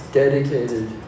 dedicated